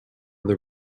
the